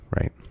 right